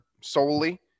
solely